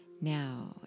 Now